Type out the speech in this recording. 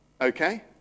okay